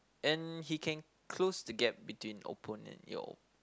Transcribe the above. and he can close the gap between opponent yo